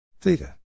theta